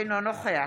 אינו נוכח